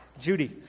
Judy